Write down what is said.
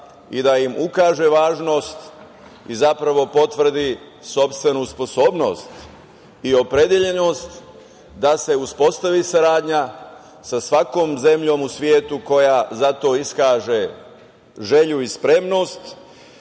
i da im ukaže važnost i zapravo potvrdi sopstvenu sposobnost i opredeljenost da se uspostavi saradnja sa svakom zemljom u svetu koja za to iskaže želju i spremnost,